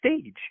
stage